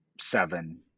seven